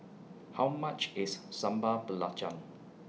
How much IS Sambal Belacan